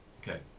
Okay